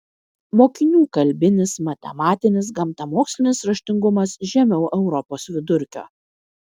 mokinių kalbinis matematinis gamtamokslinis raštingumas žemiau europos vidurkio